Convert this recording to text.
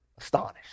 astonished